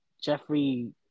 Jeffrey